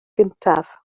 gyntaf